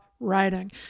writing